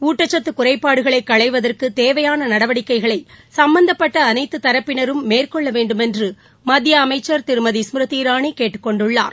ஊட்டச்சத்து குறைபாடுகளை களைவதற்கு தேவையான நடவடிக்கைகளை சம்பந்தப்பட்ட அனைத்து மேற்கொள்ள வேண்டுமென்று மத்திய அமைச்ச் திருமதி ஸ்மிருதி இரானி கேட்டுக் தரப்பினரும் கொண்டுள்ளார்